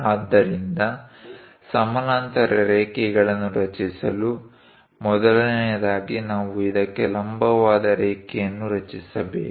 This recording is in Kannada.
ಆದ್ದರಿಂದ ಸಮಾನಾಂತರ ರೇಖೆಗಳನ್ನು ರಚಿಸಲು ಮೊದಲನೆಯದಾಗಿ ನಾವು ಇದಕ್ಕೆ ಲಂಬವಾದ ರೇಖೆಯನ್ನು ರಚಿಸಬೇಕು